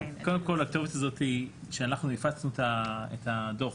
כשאנחנו הפצנו את הדוח,